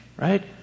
right